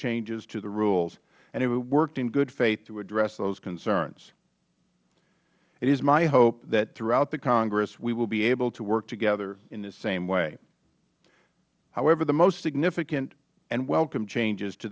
changes to the rules and we have worked in good faith to address those concerns it is my hope that throughout the congress we will be able to work together in this same way however the most significant and welcome changes to